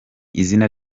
izina